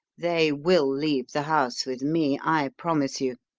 they will leave the house with me, i promise you.